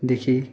देखेँ